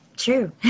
true